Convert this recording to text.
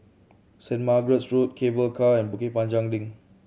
Saint Margaret's Road Cable Car and Bukit Panjang Link